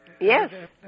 yes